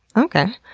okay.